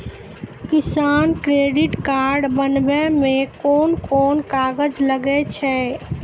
किसान credit card बनाबै मे कोन कोन कागज लागै छै?